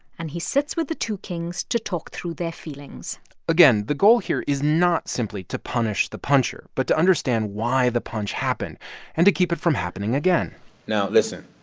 and he sits with the two kings to talk through their feelings again, the goal here is not simply to punish the puncher but to understand why the punch happened and to keep it from happening again now, listen,